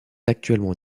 actuellement